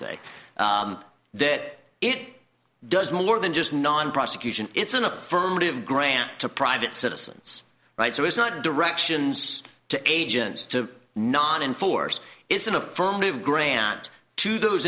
say that it does more than just non prosecution it's an affirmative grant to private citizens right so it's not directions to agents to not enforce is an affirmative grant to those